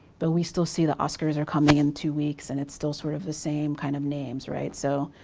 but we still see the oscars are coming in two weeks and it's still sort of the same kind of names, right. so,